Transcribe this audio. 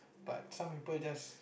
but some people just